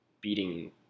beating